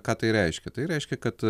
ką tai reiškia tai reiškia kad